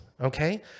Okay